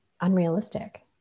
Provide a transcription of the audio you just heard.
unrealistic